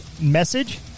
message